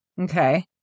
Okay